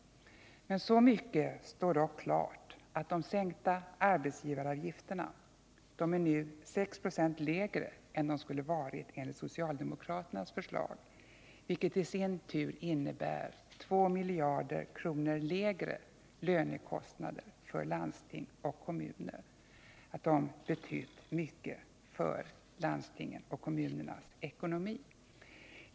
Men så mycket står klart beträffande de sänkta arbetsgivaravgifterna — de är nu 6 96 lägre än de skulle ha varit enligt socialdemokraternas förslag, vilket i sin tur innebär ca 2 miljarder kronor lägre lönekostnader för landsting och kommuner — att de betytt mycket för landstingens och kommunernas ekonomi.